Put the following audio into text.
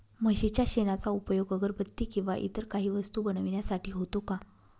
म्हशीच्या शेणाचा उपयोग अगरबत्ती किंवा इतर काही वस्तू बनविण्यासाठी होतो का?